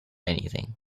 anything